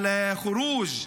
אלחורוג',